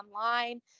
online